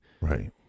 Right